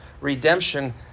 Redemption